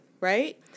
right